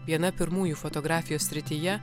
viena pirmųjų fotografijos srityje